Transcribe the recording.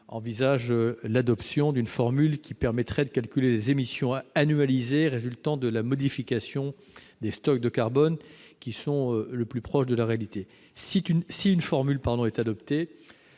envisagée d'une formule qui permettrait de calculer les émissions annualisées résultant de la modification des stocks de carbone au plus près de la réalité. Si une telle formule est adoptée,